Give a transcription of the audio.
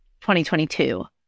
2022